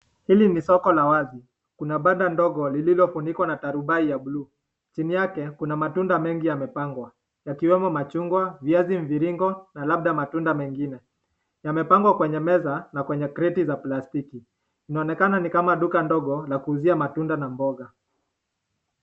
Hili ni soko la wazi. Kuna banda ndogo lililofunikwa rubaa ya blue chini yake kuna matunda mengi yamepangwa yakiwemo machungwa viazi mviringo na labda matunda mengine. Yamepangwa kwenye meza na pia kwa greti za plastiki inaonekana ni kama duka ndogo la kuuzia matunda na mboga.